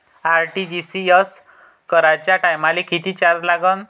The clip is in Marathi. आर.टी.जी.एस कराच्या टायमाले किती चार्ज लागन?